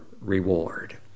reward